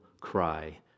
cry